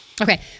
Okay